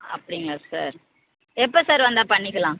அப்படிங்களா சார் எப்போ சார் வந்தால் பண்ணிக்கலாம்